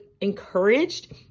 encouraged